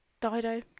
Dido